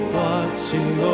watching